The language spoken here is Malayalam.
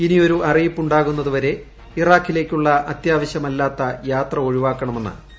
ഇനിയൊരു അറിയിപ്പ് ഉണ്ടാകുന്നതുവരെ ഇറാഖിലേയ്ക്കുള്ള അത്യാവശ്യമില്ലാത്ത യാത്ര ഒഴിവാക്കണമെന്ന് ഇന്ത്യ